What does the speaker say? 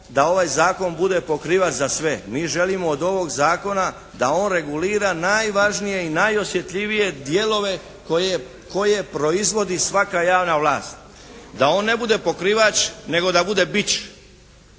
da ovaj zakon bude pokrivač za sve. Mi želimo od ovog zakona da on regulira najvažnije i najosjetljivije dijelove koje proizvodi svaka javna vlast. Da on ne bude pokrivač nego da bude bič.